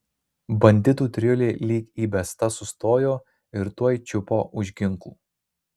banditų trijulė lyg įbesta sustojo ir tuoj čiupo už ginklų